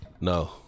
No